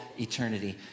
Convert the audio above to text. eternity